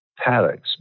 paddocks